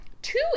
two